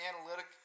analytic